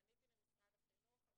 פניתי למשרד החינוך,